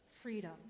freedom